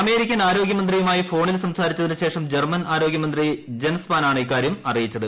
American ആരോഗ്യമന്ത്രിയുമായി ഫോണിൽ സംസാരിച്ചതിന് ശേഷം ജർമ്മൻ ആരോഗ്യമന്ത്രി ജെൻ സ്പാൻ ആണ് ഇക്കാര്യം അറിയിച്ചത്